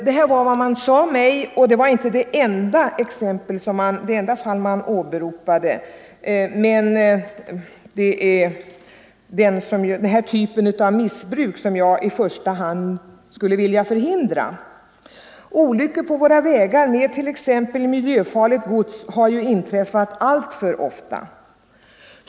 —- Det här var vad man sade mig. Och det var inte det enda fall man åberopade, men det är den här typen av missbruk som jag i första hand skulle vilja förhindra. Olyckor på våra vägar med t.ex. miljöfarligt gods har inträffat alltför ofta.